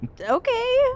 Okay